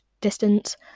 distance